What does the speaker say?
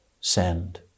send